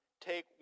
take